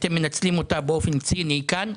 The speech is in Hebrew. אתם מנצלים אותה באופן ציני כאן.